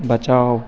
बचाओ